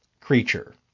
creature